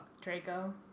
Draco